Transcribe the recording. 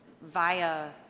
via